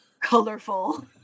colorful